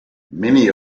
many